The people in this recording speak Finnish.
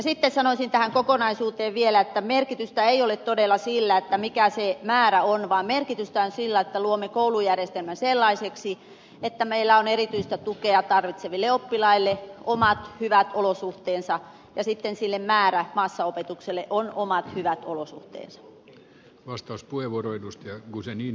sitten sanoisin tähän kokonaisuuteen vielä että merkitystä ei ole todella sillä mikä se määrä on vaan merkitystä on sillä että luomme koulujärjestelmän sellaiseksi että meillä on erityistä tukea tarvitseville oppilaille omat hyvät olosuhteensa ja sitten sille määrä massaopetukselle on omat hyvät olosuhteensa vastauspuheenvuoro edusta ja kuusi niin